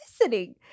listening